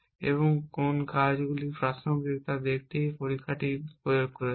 এবং কোন কাজগুলি প্রাসঙ্গিক তা দেখতে এই পরীক্ষাটি প্রয়োগ করছি